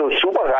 super